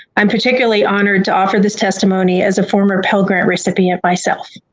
i'm particularly honored to offer this testimony as a former pell grant recipient myself.